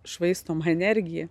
švaistoma energija